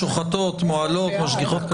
שוחטות, מוהלות, משגיחות כשרות.